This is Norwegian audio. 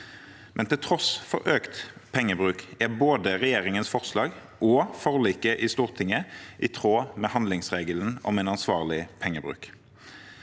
Men til tross for økt pengebruk er både regjeringens forslag og forliket i Stortinget i tråd med handlingsregelen om en ansvarlig pengebruk.